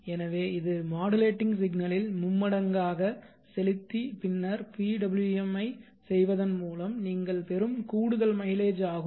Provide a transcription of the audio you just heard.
எனவே இது மாடுலேட்டிங் சிக்னலில் மும்மடங்காக செலுத்தி பின்னர் PWM ஐச் செய்வதன் மூலம் நீங்கள் பெறும் கூடுதல் மைலேஜ் ஆகும்